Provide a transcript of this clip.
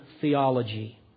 theology